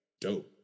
dope